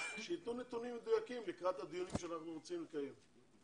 שייתנו נתונים מדויקים לקראת הדיונים שאנחנו רוצים לקיים.